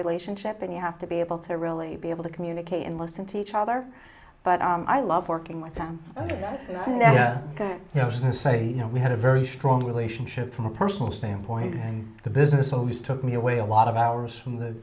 relationship and you have to be able to really be able to communicate and listen to each other but i love working with them yes and say you know we had a very strong relationship from a personal standpoint and the business always took me away a lot of hours